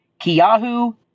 Kiahu